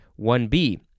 1b